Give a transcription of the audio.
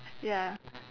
ya